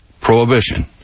prohibition